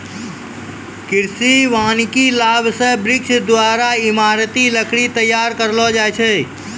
कृषि वानिकी लाभ से वृक्षो द्वारा ईमारती लकड़ी तैयार करलो जाय छै